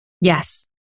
Yes